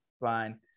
fine